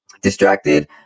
distracted